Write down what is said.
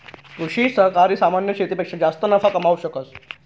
कृषि सहकारी सामान्य शेतीपेक्षा जास्त नफा कमावू शकस